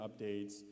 updates